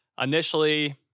initially